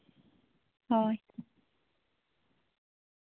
ᱦᱳᱭ